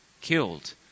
killed